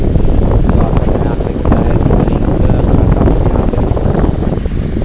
तू आपन नया फिक्स चाहे रिकरिंग खाता अपने आपे खोल सकला